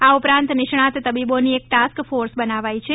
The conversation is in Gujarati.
આ ઉપરાંત નિષ્ણાત તબીબોની એક ટાસ્ક ફોર્સ બનાવાઇ છે